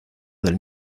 del